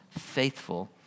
faithful